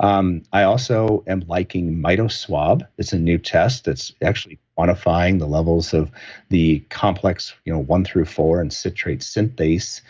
um i also am liking mitoswab. it's a new test. it's actually quantifying the levels of the complex you know one through four and citrate synthase